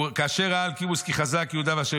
וכאשר ראה אלקימוס כי חזק יהודה ואשר